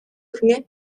хүрнэ